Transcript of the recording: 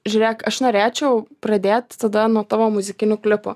žiūrėk aš norėčiau pradėt tada nuo tavo muzikinių klipų